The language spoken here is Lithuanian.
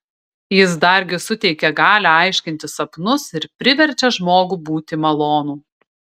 jis dargi suteikia galią aiškinti sapnus ir priverčia žmogų būti malonų